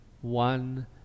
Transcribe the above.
one